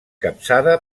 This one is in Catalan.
capçada